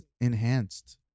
enhanced